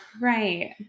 Right